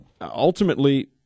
ultimately